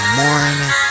morning